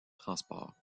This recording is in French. transports